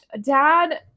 dad